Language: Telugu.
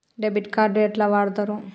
డెబిట్ కార్డు ఎట్లా వాడుతరు?